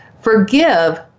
forgive